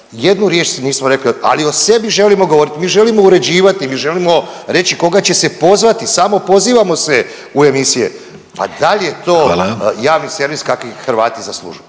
jednu riječ nismo rekli, ali o sebi želimo govoriti, mi želimo uređivati, mi želimo reći koga će se pozvati, samopozivamo se u emisije, pa dal je to…/Upadica Vidović: Hvala/…javni servis kakav Hrvati zaslužuju?